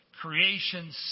Creation